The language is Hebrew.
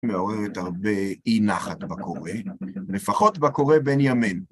מעוררת הרבה אי נחת בקורא, לפחות בקורא בן ימינו.